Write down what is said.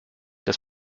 dass